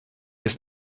ist